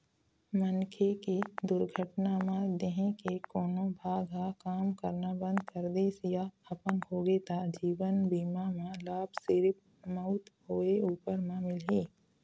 मनखे के दुरघटना म देंहे के कोनो भाग ह काम करना बंद कर दिस य अपंग होगे त जीवन बीमा म लाभ सिरिफ मउत होए उपर म मिलही